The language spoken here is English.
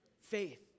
Faith